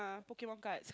Pokemon cards